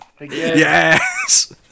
Yes